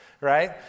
right